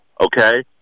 okay